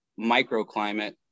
microclimate